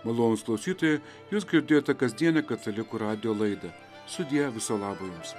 malonūs klausytojai jūs girdėjote kasdienę katalikų radijo laidą sudie viso labo jums